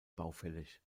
baufällig